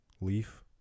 leaf